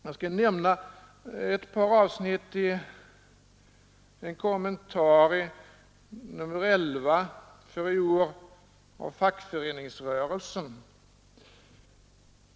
Jag skall nämna ett par avsnitt av en kommentar i nr 11 för i år av Fackföreningsrörelsen.